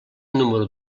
número